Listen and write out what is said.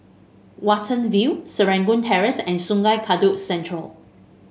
Watten View Serangoon Terrace and Sungei Kadut Central